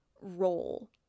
role